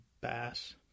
Bass